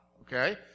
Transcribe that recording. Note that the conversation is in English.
Okay